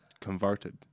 converted